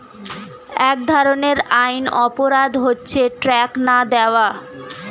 এক ধরনের আইনি অপরাধ হচ্ছে ট্যাক্স না দেওয়া